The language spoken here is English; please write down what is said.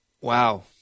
Wow